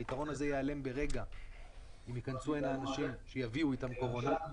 היתרון הזה ייעלם ברגע אם ייכנסו לכאן אנשים שיביאו איתם קורונה.